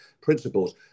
principles